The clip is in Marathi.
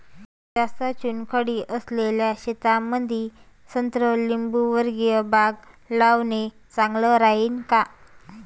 जास्त चुनखडी असलेल्या शेतामंदी संत्रा लिंबूवर्गीय बाग लावणे चांगलं राहिन का?